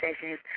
sessions